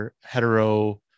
hetero